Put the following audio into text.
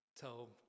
tell